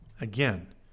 Again